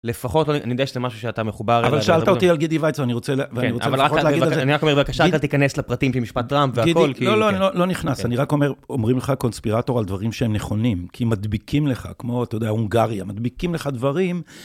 לפחות, אני יודע שזה משהו שאתה מחובר אליו. אבל שאלת אותי על גידי ויצוא, ואני רוצה לך להגיד את זה. אני רק אומר, בבקשה, אל תיכנס לפרטים של משפט טראמפ והכל. גידי, לא נכנס, אני רק אומר, אומרים לך קונספירטור על דברים שהם נכונים, כי הם מדביקים לך, כמו אתה יודע, הונגריה, מדביקים לך דברים.